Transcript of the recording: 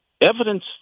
evidence